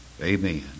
Amen